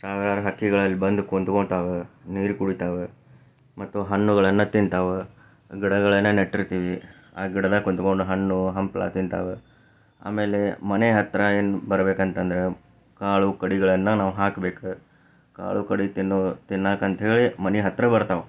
ಸಾವಿರಾರು ಹಕ್ಕಿಗಳಲ್ಲಿ ಬಂದು ಕುಂತ್ಕೊಂತಾವೆ ನೀರು ಕುಡಿತಾವೆ ಮತ್ತು ಹಣ್ಣುಗಳನ್ನು ತಿಂತಾವೆ ಗಿಡಗಳನ್ನು ನೆಟ್ಟಿರ್ತಿವಿ ಆ ಗಿಡದಾಗ ಕುತ್ಕೊಂಡು ಹಣ್ಣು ಹಂಪ್ಲು ತಿಂತಾವೆ ಆಮೇಲೆ ಮನೆಯ ಹತ್ತಿರ ಏನು ಬರಬೇಕಂತಂದ್ರೆ ಕಾಳು ಕಡಿಗಳನ್ನು ನಾವು ಹಾಕಬೇಕು ಕಾಳು ಕಡಿ ತಿನ್ನೋ ತಿನ್ನಾಕಂತೇಳಿ ಮನೆ ಹತ್ತಿರ ಬರ್ತಾವೆ